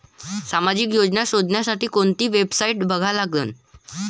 सामाजिक योजना शोधासाठी कोंती वेबसाईट बघा लागन?